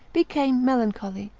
became melancholy,